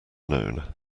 known